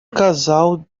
casal